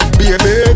baby